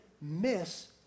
miss